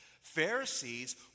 Pharisees